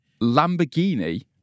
Lamborghini